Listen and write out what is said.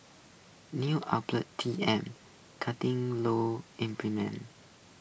news outlet T M cutting law enforcement